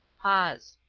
pause.